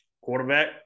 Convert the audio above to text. Quarterback